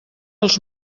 els